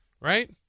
right